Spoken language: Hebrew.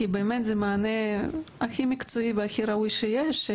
כי זה באמת המענה הכי מקצועי והכי ראוי שיש.